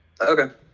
Okay